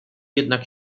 jednak